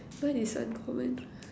what is uncommon